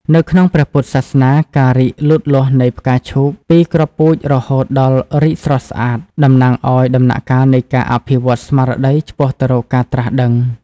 នៅក្នុងព្រះពុទ្ធសាសនា ការរីកលូតលាស់នៃផ្កាឈូកពីគ្រាប់ពូជរហូតដល់រីកស្រស់ស្អាតតំណាងឱ្យដំណាក់កាលនៃការអភិវឌ្ឍន៍ស្មារតីឆ្ពោះទៅរកការត្រាស់ដឹង។